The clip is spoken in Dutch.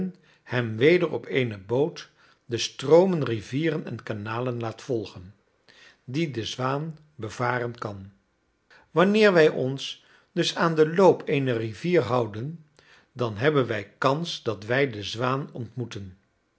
hem weder op eene boot de stroomen rivieren en kanalen laat volgen die de zwaan bevaren kan wanneer wij ons dus aan den loop eener rivier houden dan hebben wij kans dat wij de zwaan ontmoeten